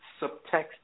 subtext